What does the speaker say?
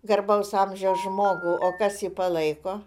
garbaus amžiaus žmogų o kas jį palaiko